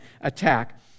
attack